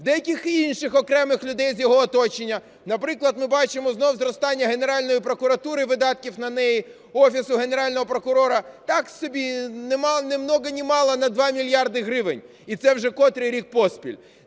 деяких інших, окремих людей з його оточення. Наприклад, ми бачимо знову зростання Генеральної прокуратури, видатків на неї, Офісу Генерального прокурора, так собі, ни много ни мало, на 2 мільярди гривень, і це вже котрий рік поспіль.